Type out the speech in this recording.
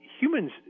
humans